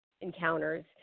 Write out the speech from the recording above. encounters